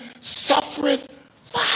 suffereth